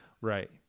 Right